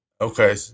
Okay